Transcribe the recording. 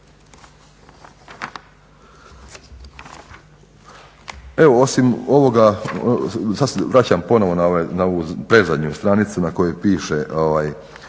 Evo osim ovoga, sad se vraćam ponovo na ovu predzadnju stranicu na kojoj piše